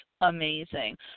amazing